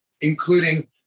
including